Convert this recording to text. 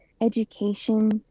education